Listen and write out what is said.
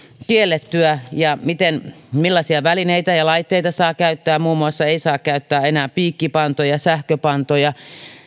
kiellettyä ja millaisia välineitä ja laitteita saa käyttää muun muassa ei saa käyttää enää piikkipantoja sähköpantoja